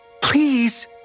Please